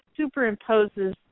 superimposes